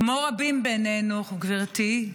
כמו רבים בינינו, גברתי,